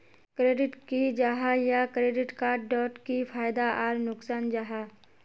Credit की जाहा या क्रेडिट कार्ड डोट की फायदा आर नुकसान जाहा?